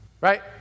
Right